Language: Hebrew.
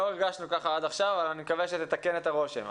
לא הרגשנו ככה עד עכשיו אבל אני מקווה שתתקן את הרושם.